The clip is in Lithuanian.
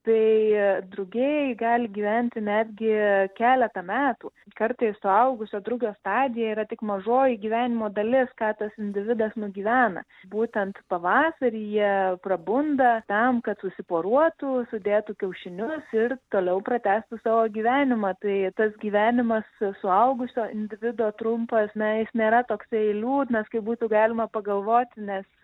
tai drugiai gali gyventi netgi keletą metų kartais suaugusio drugio stadija yra tik mažoji gyvenimo dalis ką tas individas nugyvena būtent pavasarį jie prabunda tam kad susiporuotų sudėtų kiaušinius ir toliau pratęstų savo gyvenimą tai tas gyvenimas suaugusio individo trumpas na jis nėra toksai liūdnas kaip būtų galima pagalvoti nes